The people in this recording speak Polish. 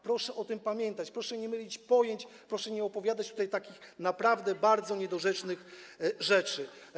Proszę o tym pamiętać, proszę nie mylić pojęć, proszę nie opowiadać tutaj takich naprawdę bardzo niedorzecznych rzeczy.